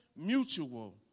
mutual